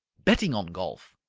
betting on golf.